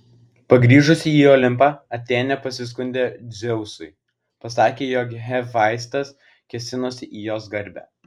pargrįžusi į olimpą atėnė pasiskundė dzeusui pasakė jog hefaistas kėsinosi į jos garbę